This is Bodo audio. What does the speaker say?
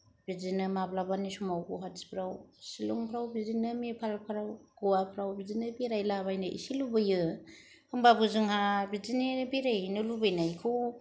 बिदिनो माब्लाबानि समाव गुवाहाटि फोराव शिलंफ्राव बिदिनो नेपाल फोराव गवाफोराव बिदिनो बेरायलाबायनो इसे लुबैयो होम्बाबो जोंहा बिदिनो बेरायहैनो लुबैनायखौ